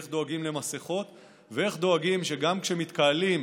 איך דואגים למסכות ואיך דואגים שגם כשמתקהלים,